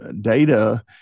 data